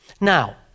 Now